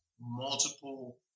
multiple